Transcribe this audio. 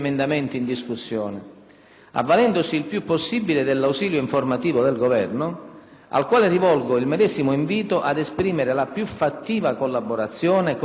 avvalendosi il più possibile dell'ausilio informativo del Governo, al quale rivolgo il medesimo invito ad esprimere la più fattiva collaborazione con la Commissione bilancio.